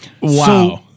Wow